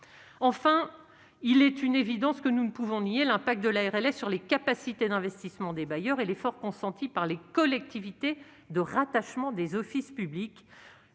Il est aussi une évidence que nous ne pouvons pas nier : l'impact de la RLS sur les capacités d'investissement des bailleurs sociaux et l'effort consenti par les collectivités de rattachement des offices publics